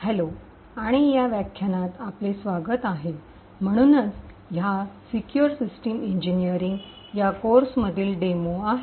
hello आणि या व्याख्यानात आपले स्वागत आहे म्हणूनच हा सिक्योर सिस्टम इंजीनियरिंग या कोर्समधील डेमो आहे